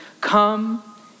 Come